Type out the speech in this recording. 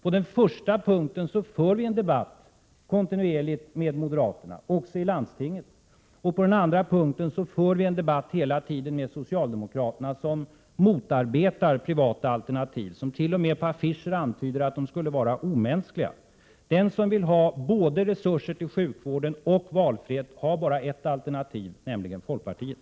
På den första punkten för vi kontinuerligt en debatt med moderaterna, också i landstinget. På den andra punkten för vi hela tiden en debatt med socialdemokraterna, som motarbetar privata alternativ och som t.o.m. på affischer antyder att sådana skulle vara omänskliga. Den som vill ha både resurser till sjukvården och valfrihet har bara ett alternativ, nämligen folkpartiet!